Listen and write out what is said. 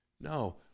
No